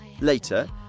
Later